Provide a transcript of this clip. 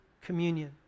communion